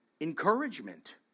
encouragement